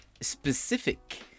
specific